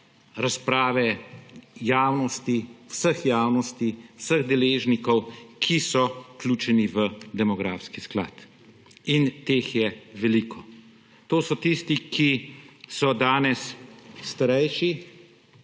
razprave javnosti, vseh javnosti, vseh deležnikov, ki so vključeni v demografski sklad, in teh je veliko. To so tisti, ki so danes starejši,